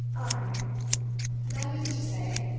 ay that is to say,